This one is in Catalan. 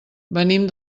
venim